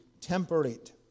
temperate